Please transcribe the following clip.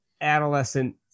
adolescent